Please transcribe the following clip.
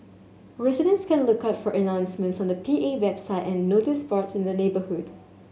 residents can look out for announcements on the P A website and notice boards in the neighbourhood